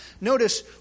notice